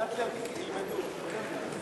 לאט-לאט ילמדו.